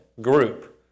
group